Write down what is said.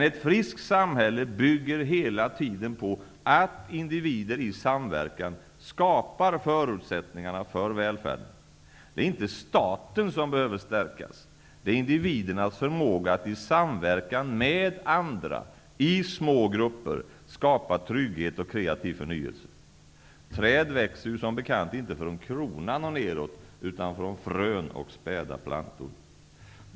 Ett friskt samhälle bygger hela tiden på att individer i samverkan skapar förutsättningarna för välfärden. Det är inte staten som behöver stärkas, det är individernas förmåga att i samverkan med andra, i små grupper, skapa trygghet och kreativ förnyelse. Träd växer som bekant inte från kronan och neråt utan från frön och späda plantor.